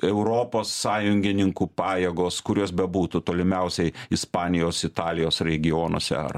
europos sąjungininkų pajėgos kurios bebūtų tolimiausiai ispanijos italijos regionuose ar